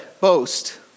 boast